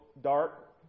dark